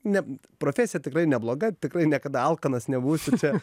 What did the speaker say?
ne profesija tikrai nebloga tikrai niekada alkanas nebūsiu